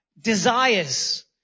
desires